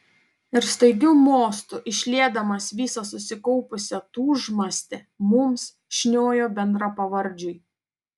ir staigiu mostu išliedamas visą susikaupusią tūžmastį mums šniojo bendrapavardžiui